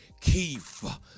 Keith